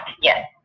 yes